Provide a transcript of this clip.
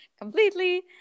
completely